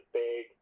big